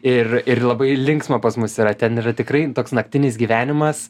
ir ir labai linksma pas mus yra ten yra tikrai toks naktinis gyvenimas